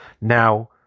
Now